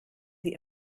die